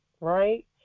right